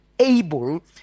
able